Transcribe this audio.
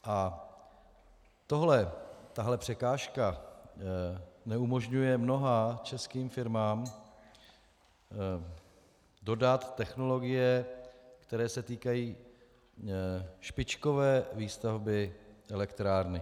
A tohle, tahle překážka neumožňuje mnoha českým firmám dodat technologie, které se týkají špičkové výstavby elektrárny.